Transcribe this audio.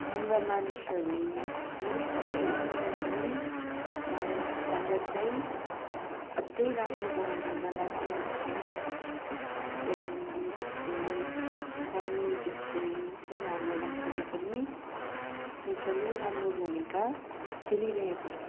हाम्रा मानिसहरू है सब मिलेर नै भारत भारतलाई अझ राम्रो बनाउनुमा लागिरहेको छौँ र हिन्दी जस्तो तामिल जस्तो त हाम्रो भाषाले पनि एकदम राम्रो भूमिका खेलिरहेको छ